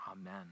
Amen